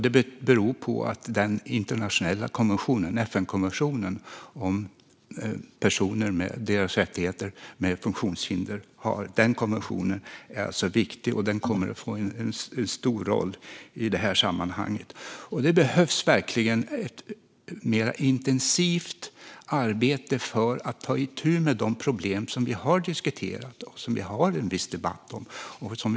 Det beror på att den internationella FN-konventionen om rättigheter för personer med funktionshinder är viktig och kommer att få en stor roll i sammanhanget. Det behövs verkligen ett mer intensivt arbete för att ta itu med de problem som vi har diskuterat och som vi har en viss debatt om.